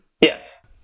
Yes